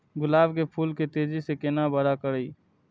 गुलाब के फूल के तेजी से केना बड़ा करिए?